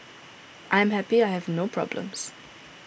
I am happy I have no problems